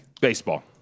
Baseball